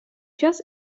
час